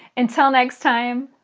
until next time,